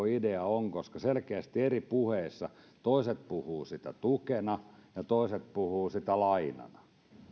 idea on koska selkeästi puheissa toiset puhuvat siitä tukena ja toiset puhuvat siitä lainana